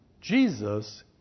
Jesus